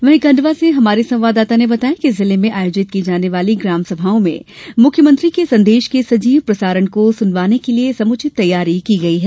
वहीं खंडवा से संवाददाता ने बताया है कि जिले में आयोजित की जाने वाली ग्रामसभाओं में मुख्यमंत्री के संदेश के सजीव प्रसारण को सुनवाने के लिए समुचित तैयारी की गई है